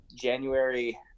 January